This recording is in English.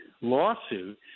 lawsuit